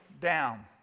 down